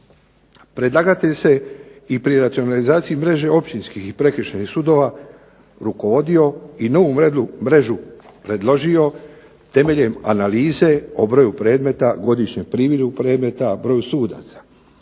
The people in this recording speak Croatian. Predlagatelj se i pri racionalizaciji mreže općinskih i prekršajnih sudova rukovodio i novu mrežu predložio temeljem analize o broj predmeta, godišnjem prilivu predmeta, broju sudaca.